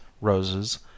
roses